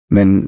Men